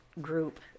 group